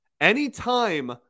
Anytime